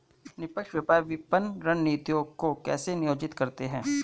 निष्पक्ष व्यापार विपणन रणनीतियों को कैसे नियोजित करते हैं?